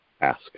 ask